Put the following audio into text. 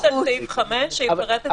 בסעיף 5 שיפרט את ההנחיות.